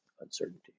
uncertainty